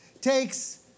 takes